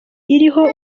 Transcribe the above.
iriho